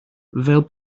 fel